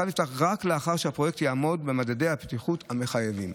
הקו ייפתח רק לאחר שהפרויקט יעמוד במדדי הבטיחות המחייבים.